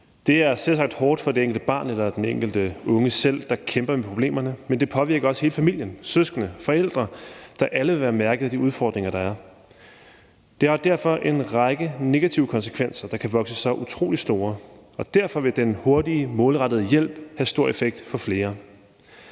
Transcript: Det er selvsagt hårdt for det enkelte barn eller den enkelte unge selv, der kæmper med problemerne, men det påvirker også hele familien – søskende, forældre, der alle vil være mærket af de udfordringer, der er. Det har derfor en række negative konsekvenser, der kan vokse sig utrolig store, og derfor vil den hurtige, målrettede hjælp have stor effekt for flere.